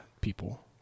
People